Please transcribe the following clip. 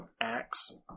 acts